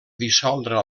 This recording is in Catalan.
dissoldre